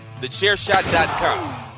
Thechairshot.com